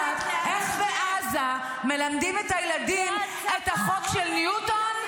את יודעת איך בעזה מלמדים את הילדים את החוק של ניוטון?